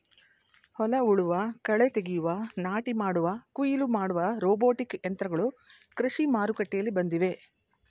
ಹೊಲ ಉಳುವ, ಕಳೆ ತೆಗೆಯುವ, ನಾಟಿ ಮಾಡುವ, ಕುಯಿಲು ಮಾಡುವ ರೋಬೋಟಿಕ್ ಯಂತ್ರಗಳು ಕೃಷಿ ಮಾರುಕಟ್ಟೆಯಲ್ಲಿ ಬಂದಿವೆ